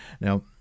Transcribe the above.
now